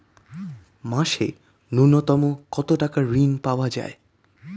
মাসে নূন্যতম কত টাকা ঋণ পাওয়া য়ায়?